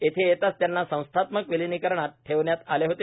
येथे येताच त्यांना संस्थात्मक विलगीकरणात ठेवण्यात आले होते